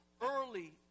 early